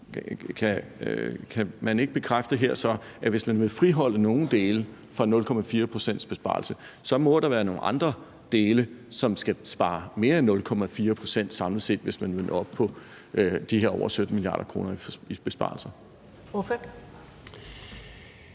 så ikke bekræfte her, at hvis man vil friholde nogle dele fra 0,4 pct.s besparelse, må der være nogle andre dele, som skal spare mere end 0,4 pct. samlet set, hvis man vil op på de her over 17 mia. kr. i besparelser?